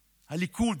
הליכוד,